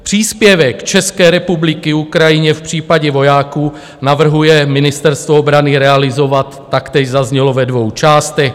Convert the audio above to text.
Příspěvek České republiky Ukrajině v případě vojáků navrhuje Ministerstvo obrany realizovat taktéž zaznělo ve dvou částech.